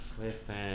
listen